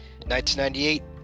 1998